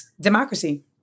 democracy